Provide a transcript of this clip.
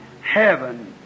heaven